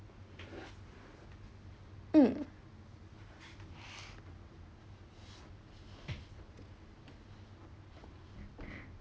um